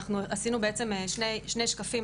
אנחנו עשינו בעצם שני שקפים.